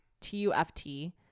t-u-f-t